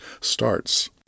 starts